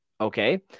Okay